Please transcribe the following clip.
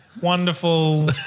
wonderful